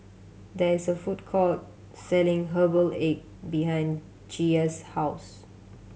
there is a food court selling herbal egg behind Gia's house